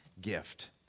gift